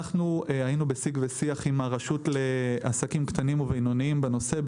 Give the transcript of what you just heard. בשנת 2018 היינו בשיג ושיח עם הרשות לעסקים קטנים ובינוניים בנושא.